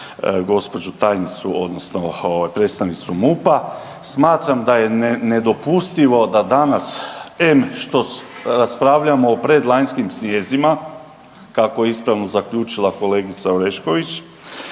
gđu. tajnicu odnosno predstavnicu MUP-a. Smatram da je nedopustivo da danas em što raspravljamo o predlanjskim strijezima, kako je ispravno zaključila kolegica Orešković,